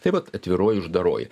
tai vat atviroji uždaroji